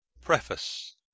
preface